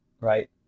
right